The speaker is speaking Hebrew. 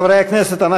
חברי הכנסת,